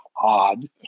odd